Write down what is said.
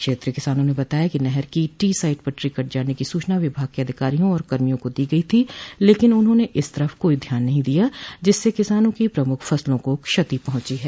क्षेत्रीय किसानों ने बताया कि नहर की टी साइड पटरी कट जाने की सूचना विभाग के अधिकारियों और कर्मियों को दी गयी थी लेकिन उन्होंने इस तरफ कोई ध्यान नहीं दिया जिससे किसानों की प्रमुख फसलों को क्षति पहुंची है